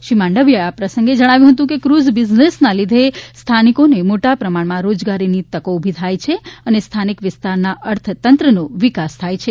શ્રી માંડવિયાએ આ પ્રસંગે જણાવ્યું હતું કે ફ્રઝ બિઝનેસના લીધે સ્થાનિકોને મોટા પ્રમાણમાં રોજગારીની તકો ઊભી થાય છે અને સ્થાનિક વિસ્તારના અર્થતંત્રનો વિકાસ થાય છે